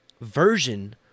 version